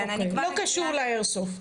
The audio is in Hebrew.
לא קשור לאיירסופט.